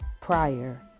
prior